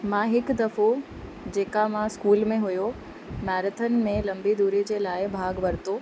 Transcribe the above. मां हिकु दफ़ो जेका मां स्कूल में हुओ मैरेथन में लंबी दूरी जे लाइ भाग वरितो